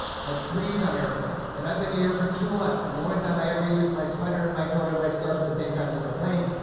i freeze on airplanes, and i've been to europe for two months, and the only time i ever use my sweater, and my coat, and my scarf at the same time is on the plane.